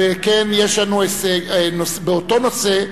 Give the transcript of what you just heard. וכן באותו נושא: